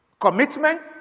commitment